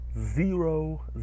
zero